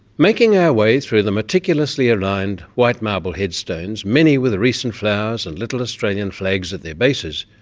making our way through the meticulously aligned white marble headstones, many with recent flowers and little australian flags at their bases,